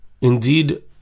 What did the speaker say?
indeed